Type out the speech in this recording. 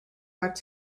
back